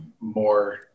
more